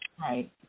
Right